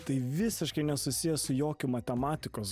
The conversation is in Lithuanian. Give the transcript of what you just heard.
tai visiškai nesusiję su jokiu matematikos